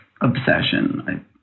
obsession